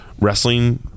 wrestling